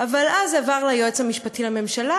אבל אז זה עבר ליועץ המשפטי לממשלה